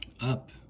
up